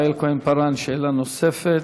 יעל כהן-פארן, שאלה נוספת.